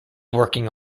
working